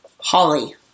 Holly